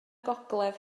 gogledd